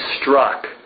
struck